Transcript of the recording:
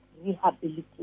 rehabilitation